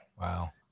Wow